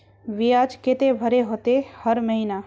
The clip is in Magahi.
बियाज केते भरे होते हर महीना?